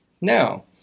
Now